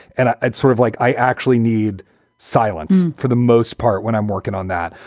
and i'd sort of like i actually need silence for the most part when i'm working on that.